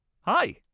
hi